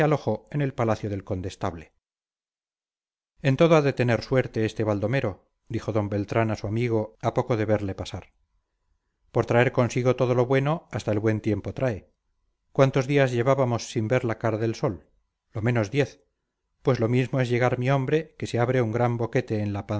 en el palacio del condestable en todo ha de tener suerte este baldomero dijo d beltrán a su amigo a poco de verle pasar por traer consigo todo lo bueno hasta el buen tiempo trae cuántos días llevábamos sin ver la cara del sol lo menos diez pues lo mismo es llegar mi hombre que se abre un gran boquete en la